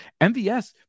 MVS